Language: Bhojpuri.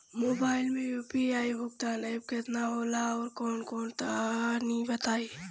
मोबाइल म यू.पी.आई भुगतान एप केतना होला आउरकौन कौन तनि बतावा?